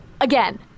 Again